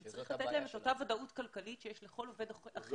צריך לתת להם את אותה ודאות כלכלית שיש לכל עובד אחר,